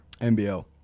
NBL